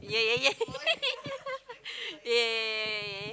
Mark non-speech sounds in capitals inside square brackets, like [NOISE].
yeah yeah yeah [LAUGHS] yeah yeah yeah yeah yeah yeah yeah yeah yeah